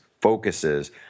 focuses